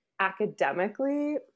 academically